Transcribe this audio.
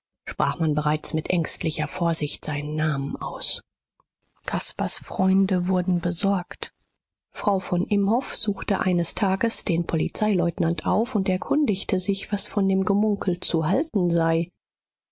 sprach man bereits mit ängstlicher vorsicht seinen namen aus caspars freunde wurden besorgt frau von imhoff suchte eines tages den polizeileutnant auf und erkundigte sich was von dem gemunkel zu halten sei